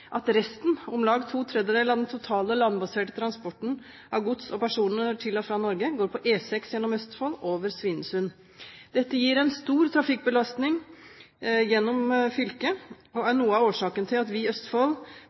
at resten, om lag to tredjedeler av den landbaserte transporten av gods og personer til og fra Norge, går på E6 gjennom Østfold og over Svinesund. Dette gir en stor trafikkbelastning gjennom fylket og er noe av årsaken til at vi i Østfold,